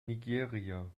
nigeria